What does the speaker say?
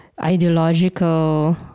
ideological